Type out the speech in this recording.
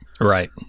Right